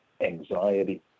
anxiety